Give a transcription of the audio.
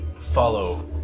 Follow